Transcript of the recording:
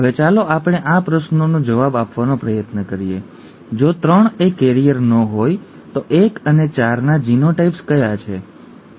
હવે ચાલો આપણે આ પ્રશ્નનો જવાબ આપવાનો પ્રયત્ન કરીએ જો ૩ એ કૈરિયર ન હોય તો ૧ અને ૪ ના જીનોટાઈપ્સ કયા છે